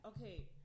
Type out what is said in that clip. Okay